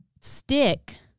stick